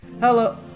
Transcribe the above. Hello